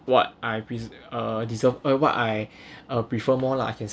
what I pre~ uh deserve uh what I uh prefer more lah I can